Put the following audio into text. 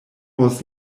was